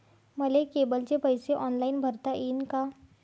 मले केबलचे पैसे ऑनलाईन भरता येईन का?